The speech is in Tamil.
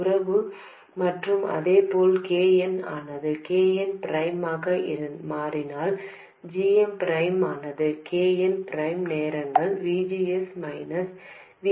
உறவு மற்றும் அதே போல் K n ஆனது K n ப்ரைம் ஆக மாறினால் gm ப்ரைம் ஆனது K n ப்ரைம் நேரங்கள் V G S minus V T ஆக இருக்கும்